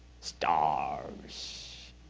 stars